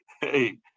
hey